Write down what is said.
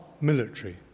military